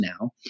now